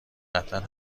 قطعا